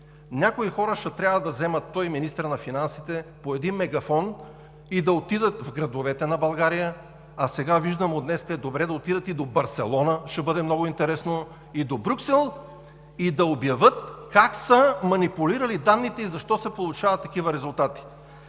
някои хора ще трябва да вземат – той и министърът на финансите – по един мегафон и да отидат в градовете на България, а сега виждам, че от днес е добре да отидат и до Барселона, ще бъде много интересно, и до Брюксел и да обявят как са манипулирали данните и защо се получават такива резултати.